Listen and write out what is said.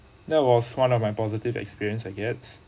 that was one of my positive experience I guess